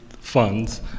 funds